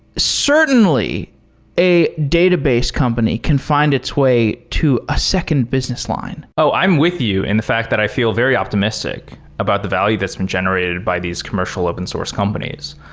certainly a database company can find its way to a second business line oh! i'm with you in the fact that i feel very optimistic about the value that's been generated by these commercial open source companies.